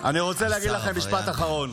אני רוצה להגיד לכם משפט אחרון.